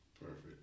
Perfect